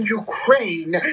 ukraine